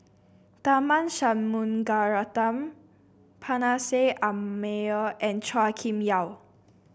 Tharman Shanmugaratnam Meyer and Chua Kim Yeow